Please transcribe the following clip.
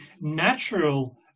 natural